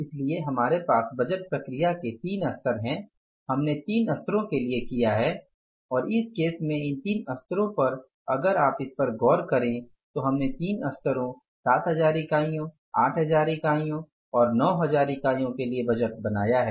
इसलिए हमारे पास बजट प्रक्रिया के तीन स्तर हैं हमने तीन स्तरों के लिए किया है और इस केस में इन तीन स्तरों पर अगर आप इस पर गौर करें तो हमने तीन स्तरों 7000 इकाइयों 8000 इकाइयों और 9000 इकाइयों के लिए बजट बनाया है